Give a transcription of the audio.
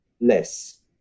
less